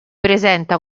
presenta